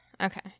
Okay